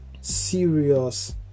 serious